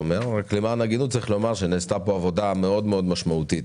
למען ההגינות נאמר שנעשתה פה עבודה מאוד-מאוד משמעותית